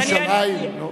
בירושלים, נו.